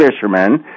fishermen